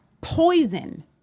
poison